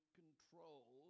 control